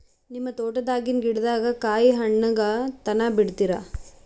ನಿಮ್ಮ ತೋಟದಾಗಿನ್ ಗಿಡದಾಗ ಕಾಯಿ ಹಣ್ಣಾಗ ತನಾ ಬಿಡತೀರ?